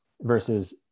versus